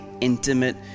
intimate